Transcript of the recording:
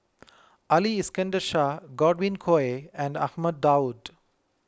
Ali Iskandar Shah Godwin Koay and Ahmad Daud